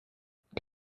kannst